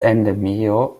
endemio